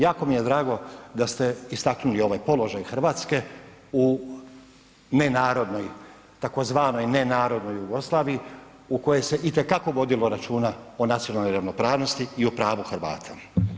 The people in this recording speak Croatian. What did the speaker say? Jako mi je drago da ste istaknuli ovaj položaj Hrvatske u ne narodnoj tzv. ne narodnoj Jugoslaviji u kojoj se itekako vodilo računa o nacionalnoj ravnopravnosti i o pravu Hrvata.